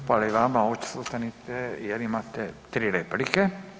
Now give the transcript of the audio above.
Hvala i vama, ostanite jer imate 3 replike.